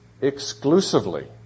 exclusively